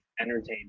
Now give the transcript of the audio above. Entertainment